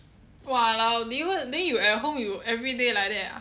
!walao! 你问 then you at home you everyday like that ah